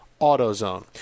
AutoZone